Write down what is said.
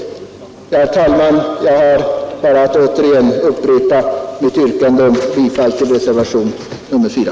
Herr talman! Jag ber återigen att få yrka bifall till reservationen 4.